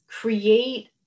create